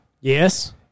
Yes